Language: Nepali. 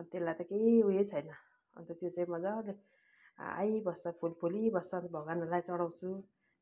अँ त्यसलाई त केही उयो छैन अन्त त्यो चाहिँ मजाले आइबस्छ फुल फुलिबस्छ अन्त भगवानहरूलाई चढाउँछु